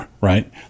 Right